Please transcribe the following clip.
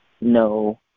no